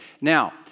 Now